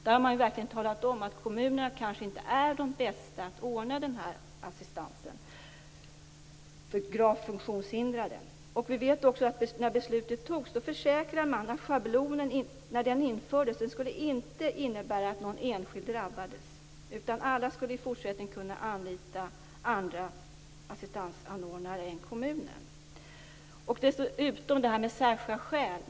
Man säger verkligen att kommunerna kanske inte är de bästa att ordna assistans för gravt funktionshindrade. När beslutet om att införa schablonen fattades försäkrade man att den inte skulle innebära att någon enskild drabbades. Alla skulle i fortsättningen kunna anlita andra assistansanordnare än kommunen.